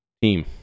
Team